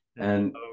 And-